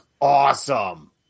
awesome